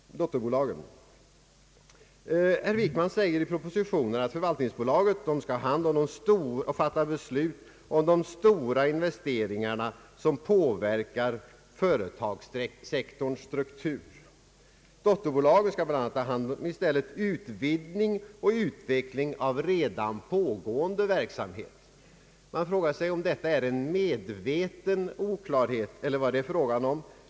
Herr Wickman säger i propositionen att förvaltningsbolaget skall fatta beslut om de stora investeringarna som påverkar företagssektorns struktur och att dotterbolagen skall ha hand om utvidgning och utveckling av redan pågående verksamhet. Man frågar sig om detta är en medveten oklarhet eller inte.